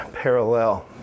parallel